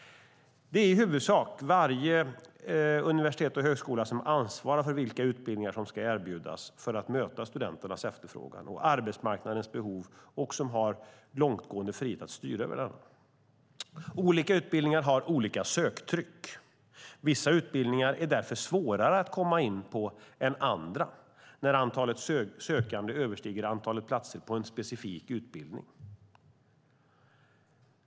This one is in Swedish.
Det är i huvudsak varje universitet och högskola som ansvarar för vilka utbildningar som ska erbjudas för att möta studenternas efterfrågan och arbetsmarknadens behov och som har långtgående frihet att styra över detta. Olika utbildningar har olika söktryck. Vissa utbildningar är därför svårare att komma in på än andra när antalet sökande överstiger antalet platser på en specifik utbildning.